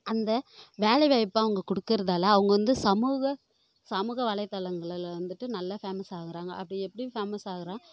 அந்த வேலை வாய்ப்பை அவங்க கொடுக்குறதால அவங்க வந்து சமூக சமூக வலைத்தளங்களில் வந்துட்டு நல்ல ஃபேமஸ் ஆகிறாங்க அப்படி எப்படி ஃபேமஸ் ஆகுறோ